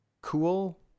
cool